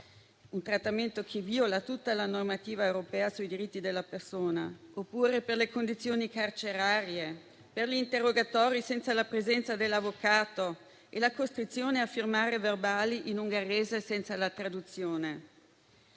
(un trattamento che viola tutta la normativa europea sui diritti della persona), oppure per le condizioni carcerarie, per gli interrogatori senza la presenza dell'avvocato e per la costrizione a firmare verbali in ungherese senza la traduzione.